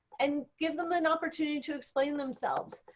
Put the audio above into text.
and give them an opportunity to explain themselves.